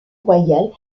royale